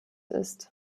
ist